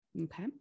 Okay